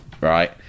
right